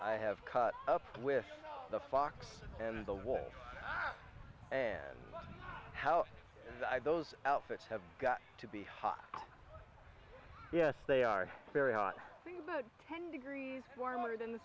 i have caught up with the fox and the wall and how those outfits have got to be hot yes they are very hot about ten degrees warmer than the